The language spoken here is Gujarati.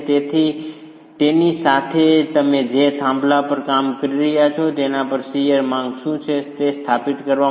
તેની સાથે તમે જે થાંભલા પર કામ કરી રહ્યા છો તેના પર શીયરની માંગ શું છે તે સ્થાપિત કરવા માટે